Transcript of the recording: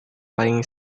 paling